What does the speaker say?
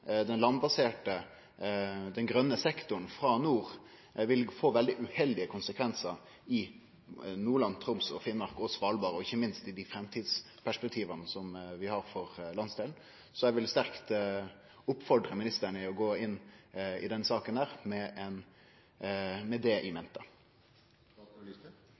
den landbaserte «grøne sektoren» frå nord vil få veldig uheldige konsekvensar i Nordland, Troms og Finnmark og på Svalbard, ikkje minst med dei framtidsperspektiva vi har for landsdelen. Eg vil sterkt oppfordre ministeren til å gå inn i denne saka med det i mente.